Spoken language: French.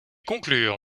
conclure